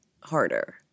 harder